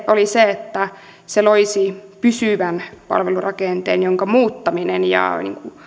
oli se että se loisi pysyvän palvelurakenteen jonka muuttaminen ja